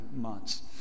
months